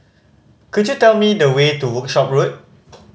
could you tell me the way to Workshop Road